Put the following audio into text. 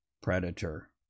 predator